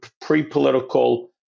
pre-political